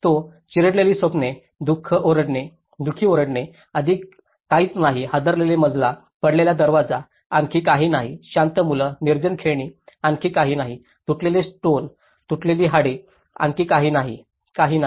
तो चिरडलेली स्वप्ने दु खी ओरडणे अधिक काहीच नाही हादरलेला मजला पडलेला दरवाजा आणखी काही नाही शांत मुलं निर्जन खेळणी आणखी काहीच नाही तुडलेले स्टोन तुटलेली हाडे आणखी काही नाही काहीही नाही